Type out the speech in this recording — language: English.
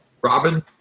Robin